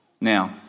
Now